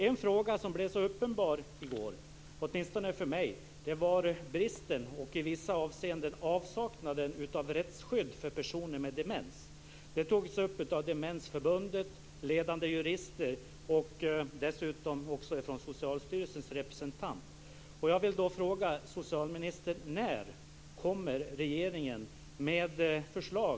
En fråga som blev uppenbar i går, åtminstone för mig, var bristen och i vissa avseenden avsaknaden av rättsskydd för personer med demens. Det togs upp av Demensförbundet, ledande jurister och dessutom av